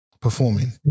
performing